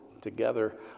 together